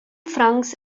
francs